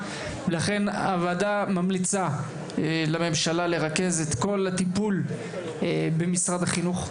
לכן הוועדה ממליצה לממשלה לרכז את כל הטיפול במשרד החינוך.